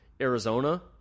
Arizona